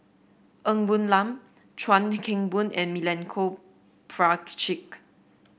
Ng Woon Lam Chuan Keng Boon and Milenko Prvacki